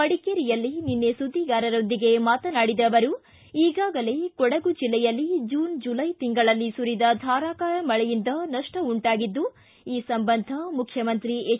ಮಡಿಕೇರಿಯಲ್ಲಿ ನಿನ್ನೆ ಸುದ್ದಿಗಾರರೊಂದಿಗೆ ಮಾತನಾಡಿದ ಅವರು ಈಗಾಗಲೇ ಕೊಡಗು ಜಿಲ್ಲೆಯಲ್ಲಿ ಜೂನ್ ಜುಲೈ ತಿಂಗಳಲ್ಲಿ ಸುರಿದ ಧಾರಾಕಾರ ಮಳೆಯಿಂದ ನಷ್ಷ ಉಂಟಾಗಿದ್ದು ಈ ಸಂಬಂಧ ಮುಖ್ಯಮಂತ್ರಿ ಎಚ್